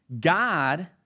God